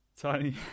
Tiny